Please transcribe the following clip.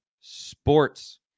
Sports